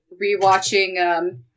re-watching